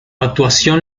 actuación